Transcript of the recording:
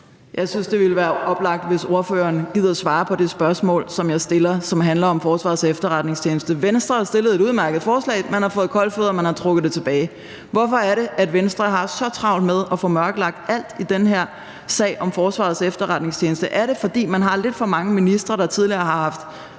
Jeg synes, at det vil være oplagt, hvis ordføreren gider at svare på det spørgsmål, jeg stiller, som handler om Forsvarets Efterretningstjeneste. Venstre har stillet et udmærket forslag – man har fået kolde fødder, og så har man trukket det tilbage. Hvorfor er det, at Venstre har så travlt med at få mørklagt alt i den her sag om Forsvarets Efterretningstjeneste? Er det, fordi man har lidt for mange ministre, der tidligere har været